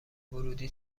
ورودی